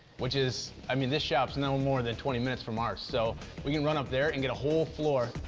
which is i mean, this shop's no more than twenty minutes from ours, so we can run up there and get a whole floor.